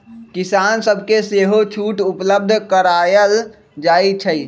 किसान सभके सेहो छुट उपलब्ध करायल जाइ छइ